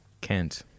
Kent